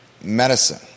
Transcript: medicine